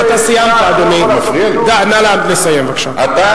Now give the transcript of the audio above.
אתה לא יכול לעשות שום שינוי ביצירה,